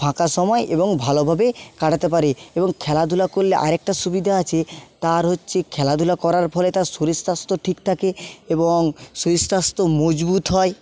ফাঁকা সময় এবং ভালোভাবে কাটাতে পারে এবং খেলাধুলা করলে আরেকটা সুবিধা আছে তার হচ্ছে খেলাধুলা করার ফলে তার শরীর স্বাস্থ্য ঠিক থাকে এবং শরীর স্বাস্থ্য মজবুত হয়